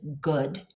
good